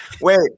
Wait